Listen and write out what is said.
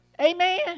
Amen